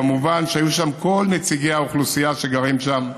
במובן שהיו שם כל נציגי האוכלוסייה שגרים שם,